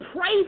pray